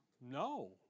No